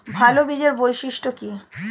ভাল বীজের বৈশিষ্ট্য কী?